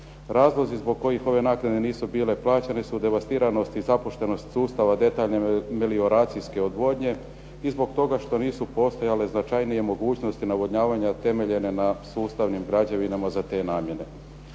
Razlozi zbog kojih ove naknade nisu bile plaćene su devastiranost i zapuštenost sustava detaljne melioracijske odvodnje i zbog toga što nisu postojale značajnije mogućnosti navodnjavanja temeljene na sustavnim građevinama za te namjene.